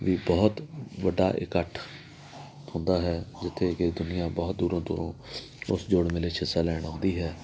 ਵੀ ਬਹੁਤ ਵੱਡਾ ਇਕੱਠ ਹੁੰਦਾ ਹੈ ਜਿੱਥੇ ਕਿ ਦੁਨੀਆ ਬਹੁਤ ਦੂਰੋਂ ਦੂਰੋਂ ਉਸ ਜੋੜ ਮੇਲੇ 'ਚ ਹਿਸਾ ਲੈਣ ਆਉਂਦੀ ਹੈ